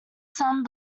some